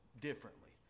differently